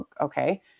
okay